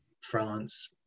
France